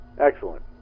Excellent